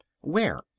Where